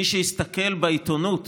מי שמסתכל בעיתונות